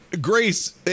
Grace